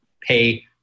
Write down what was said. pay